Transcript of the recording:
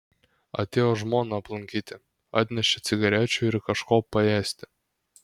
atėjo žmona aplankyti atnešė cigarečių ir kažko paėsti